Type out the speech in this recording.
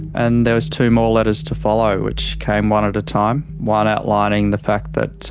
and there was two more letters to follow which came one at a time. one outlining the fact that